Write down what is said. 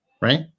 Right